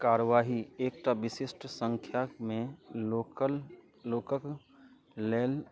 कारवाही एकटा विशिष्ट सङ्ख्यामे लोकल लोक कऽ लेल